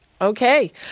Okay